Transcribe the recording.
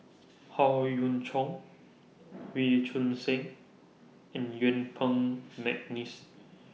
Howe Yoon Chong Wee Choon Seng and Yuen Peng Mcneice